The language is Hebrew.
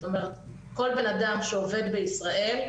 זאת אומרת כל בנאדם שעובד בישראל,